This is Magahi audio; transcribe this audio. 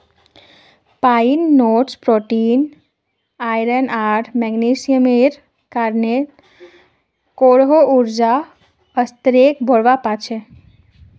पाइन नट्स प्रोटीन, आयरन आर मैग्नीशियमेर कारण काहरो ऊर्जा स्तरक बढ़वा पा छे